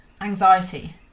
anxiety